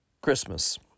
Christmas